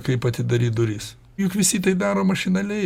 kaip atidaryt duris juk visi tai daro mašinaliai